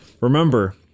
remember